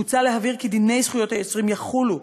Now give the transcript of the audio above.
מוצע להבהיר כי דיני זכויות היוצרים יחולו,